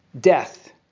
death